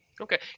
okay